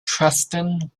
preston